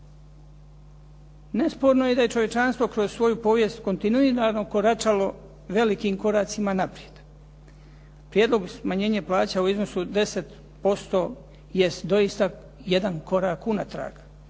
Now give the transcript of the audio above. Nesporno je da je čovječanstvo kroz svoju povijest kontinuirano koračalo velikim koracima naprijed. Prijedlog smanjenja plaća u iznosu od 10% jest doista jedan korak unatrag,